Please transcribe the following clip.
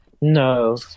No